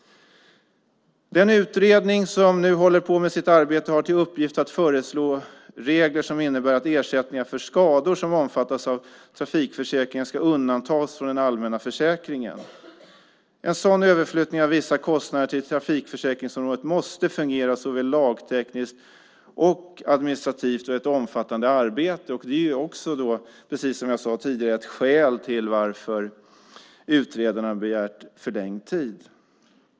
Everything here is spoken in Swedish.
Den utredning som nu arbetar har till uppgift att föreslå regler som innebär att ersättningar för skador som omfattas av trafikförsäkringen ska undantas från den allmänna försäkringen. En sådan överflyttning av vissa kostnader till trafikförsäkringsområdet måste fungera såväl lagtekniskt som administrativt och innebär ett omfattande arbete. Det är, precis som jag sade tidigare, ett skäl till att utredarna har begärt förlängd tid.